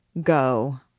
Go